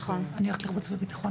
אני הולכת לוועדת חוץ וביטחון.